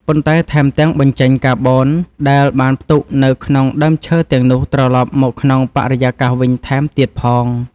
ប៉ុន្តែថែមទាំងបញ្ចេញកាបូនដែលបានផ្ទុកនៅក្នុងដើមឈើទាំងនោះត្រឡប់មកក្នុងបរិយាកាសវិញថែមទៀតផង។